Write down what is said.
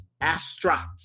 Astra